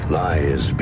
lies